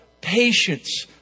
patience